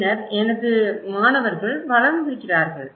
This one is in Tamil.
பின்னர் எனது மாணவர்கள் வளர்ந்திருக்கிறார்கள்